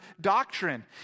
doctrine